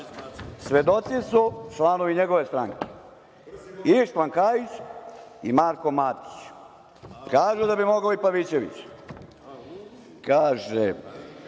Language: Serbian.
svedoci su članovi njegove stranke, Ištvan Kaić i Marko Matić, kažu da bi mogao i Pavićeviće. Kaže